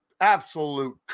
absolute